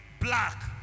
black